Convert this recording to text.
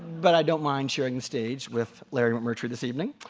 but i don't mind sharing the stage with larry mcmurtry this evening.